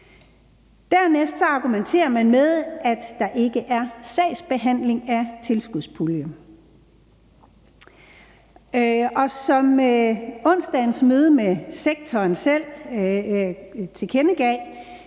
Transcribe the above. Dernæst argumenterer man med, at der ikke er sagsbehandling af tilskudspuljen. Og som onsdagens møde med sektoren selv tilkendegav,